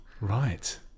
right